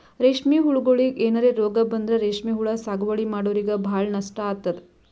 ರೇಶ್ಮಿ ಹುಳಗೋಳಿಗ್ ಏನರೆ ರೋಗ್ ಬಂದ್ರ ರೇಶ್ಮಿ ಹುಳ ಸಾಗುವಳಿ ಮಾಡೋರಿಗ ಭಾಳ್ ನಷ್ಟ್ ಆತದ್